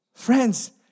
Friends